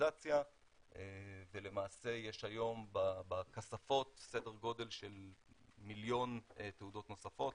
פרסונליזציה ולמעשה יש היום בכספות סדר גודל של 1 תעודות נוספות.